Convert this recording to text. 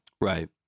Right